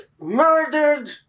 murdered